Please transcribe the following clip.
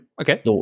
okay